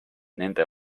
nende